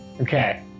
Okay